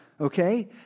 Okay